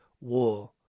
war